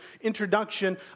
introduction